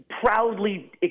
proudly